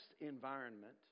environment